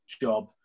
job